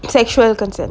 sexual consent